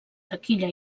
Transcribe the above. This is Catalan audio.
taquilla